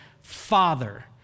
father